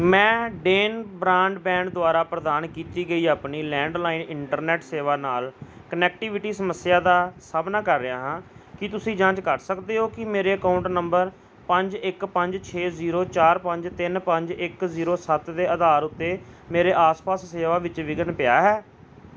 ਮੈਂ Den broadband ਦੁਆਰਾ ਪ੍ਰਦਾਨ ਕੀਤੀ ਗਈ ਆਪਣੀ ਲੈਂਡਲਾਈਨ ਇੰਟਰਨੈਟ ਸੇਵਾ ਨਾਲ ਕਨੈਕਟੀਵਿਟੀ ਸਮੱਸਿਆ ਦਾ ਸਾਹਮਣਾ ਕਰ ਰਿਹਾ ਹਾਂ ਕੀ ਤੁਸੀਂ ਜਾਂਚ ਕਰ ਸਕਦੇ ਹੋ ਕਿ ਕੀ ਮੇਰੇ ਅਕਾਊਂਟ ਨੰਬਰ ਪੰਜ ਇੱਕ ਪੰਜ ਛੇ ਜ਼ੀਰੋ ਚਾਰ ਪੰਜ ਤਿੰਨ ਪੰਜ ਇੱਕ ਜ਼ੀਰੋ ਸੱਤ ਦੇ ਅਧਾਰ ਉੱਤੇ ਮੇਰੇ ਆਸ ਪਾਸ ਸੇਵਾ ਵਿੱਚ ਵਿਘਨ ਪਿਆ ਹੈ